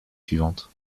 suivante